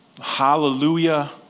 hallelujah